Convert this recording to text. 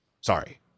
Sorry